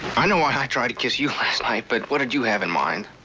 i know why i tried to kiss you last night, but what did you have in mind?